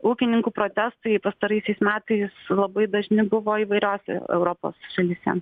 ūkininkų protestai pastaraisiais metais labai dažni buvo įvairiose europos šalyse